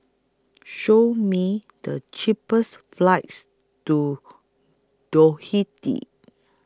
Show Me The cheapest flights to